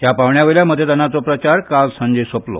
ह्या पांवड्या वयल्या मतदानाचो प्रचार काल सांजे सोंपलो